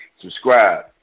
Subscribe